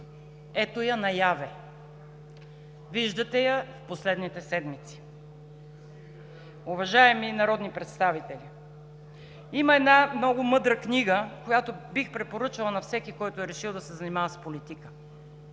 ето я наяве! Виждате я в последните седмици. Уважаеми народни представители! Има една много мъдра книга, която бих препоръчала на всеки, който е решил да се занимава с политика.